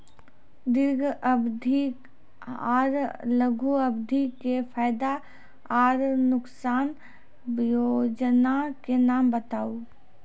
दीर्घ अवधि आर लघु अवधि के फायदा आर नुकसान? वयोजना के नाम बताऊ?